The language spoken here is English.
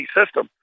system